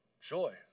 joy